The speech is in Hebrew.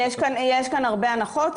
יש כאן הרבה הנחות.